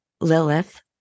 Lilith